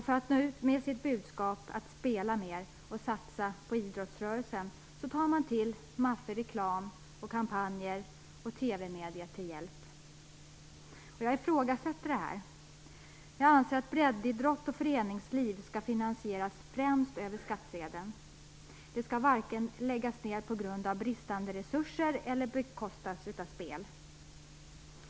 För att nå ut med sitt budskap att spela mer och satsa på idrottsrörelsen tar man maffiga reklamkampanjer och TV-mediet till hjälp. Jag ifrågasätter detta. Jag anser att breddidrott och föreningsliv främst skall finansieras över skattsedeln. De skall varken läggas ned på grund av bristande resurser eller bekostas av spel.